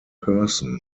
person